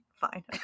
fine